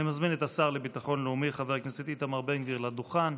אני מזמין את השר לביטחון לאומי חבר הכנסת איתמר בן גביר לדוכן.